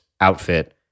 outfit